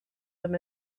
them